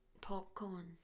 Popcorn